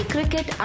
Cricket